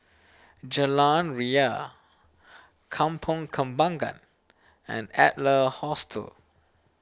Jalan Ria Kampong Kembangan and Adler Hostel